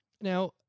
Now